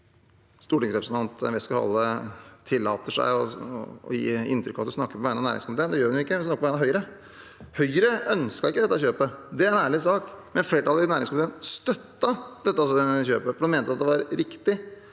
Stor- tingsrepresentant Westgaard-Halle tillater seg å gi inntrykk av at hun snakker på vegne av næringskomiteen. Det gjør hun ikke: Hun snakker på vegne av Høyre. Høyre ønsket ikke dette kjøpet. Det er en ærlig sak, men flertallet i næringskomiteen støttet dette kjøpet, for de mente at det var riktig